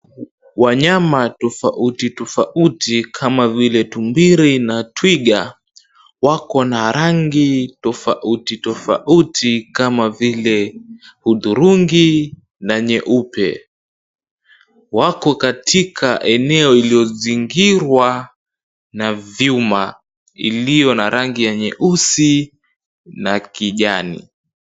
Wanyama tofauti tofauti kama vile tumbili na twiga, wako na rangi tofauti tofauti kama vile hudhurungi na nyeupe. Wako katika eneo lililozingirwa na vyuma, iliyo na rangi ya nyeusi na kijani.